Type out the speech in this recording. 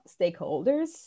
stakeholders